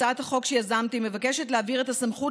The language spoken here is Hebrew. הצעת החוק שיזמתי מבקשת להעביר את הסמכות